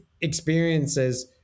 experiences